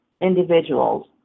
individuals